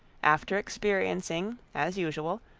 after experiencing, as usual,